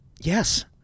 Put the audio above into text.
Yes